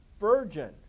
virgin